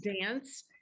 dance